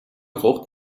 braucht